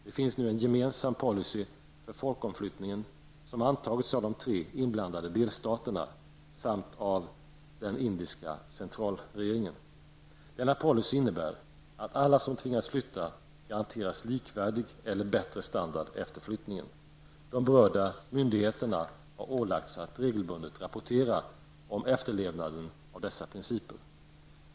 Det finns nu en gemensam policy för folkomflyttningen, som har antagits av de tre inblandade delstaterna samt av den indiska centralregeringen. Denna policy innebär att alla som tvingas flytta garanteras likvärdig eller bättre standard efter flyttningen. De berörda myndigheterna har ålagts att regelbundet rapportera om efterlevnaden av dessa principer.